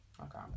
Okay